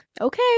Okay